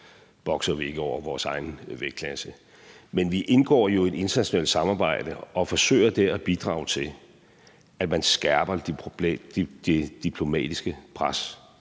bokser vi ikke over vores egen vægtklasse. Men vi indgår jo i et internationalt samarbejde og forsøger der at bidrage til, at man skærper det diplomatiske pres